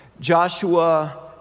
Joshua